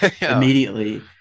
Immediately